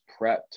prepped